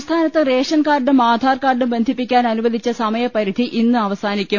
സംസ്ഥാനത്ത് റേഷൻ കാർഡും ആധാർ കാർഡും ബന്ധിപ്പിക്കാൻ അനുവദിച്ച സമയപരിധി ഇന്ന് അവസാനി ക്കും